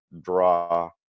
draw